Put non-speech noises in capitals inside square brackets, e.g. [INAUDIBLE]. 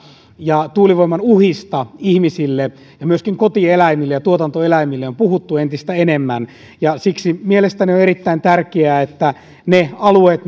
ja tuulivoiman uhista ihmisille ja myöskin koti ja ja tuotantoeläimille on puhuttu entistä enemmän siksi mielestäni on erittäin tärkeää että ne alueet [UNINTELLIGIBLE]